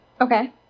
Okay